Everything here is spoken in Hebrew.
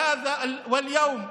בסעווה, באטרש לייעור, והיום גם,